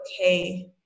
okay